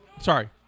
sorry